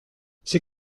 c’est